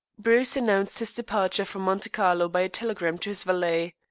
bruce announced his departure from monte carlo by a telegram to his valet.